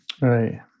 Right